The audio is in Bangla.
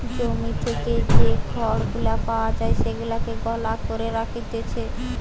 জমি থেকে যে খড় গুলা পাওয়া যায় সেগুলাকে গলা করে রাখতিছে